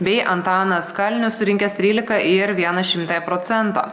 bei antanas kalnius surinkęs trylika ir vieną šimtąją procento